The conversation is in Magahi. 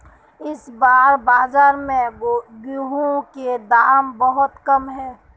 इस बार बाजार में गेंहू के दाम बहुत कम है?